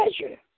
treasure